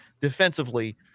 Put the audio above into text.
defensively